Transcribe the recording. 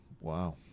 Wow